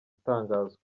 itangazwa